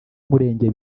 murenge